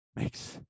makes